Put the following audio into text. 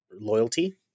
loyalty